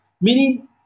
Meaning